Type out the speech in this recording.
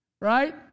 right